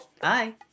Bye